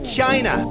China